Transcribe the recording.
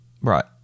right